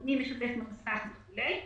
את מי לשתף במסך וכולי.